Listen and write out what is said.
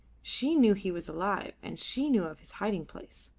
she knew he was alive, and she knew of his hiding place.